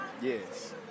Yes